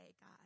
God